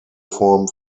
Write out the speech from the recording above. form